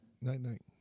Night-night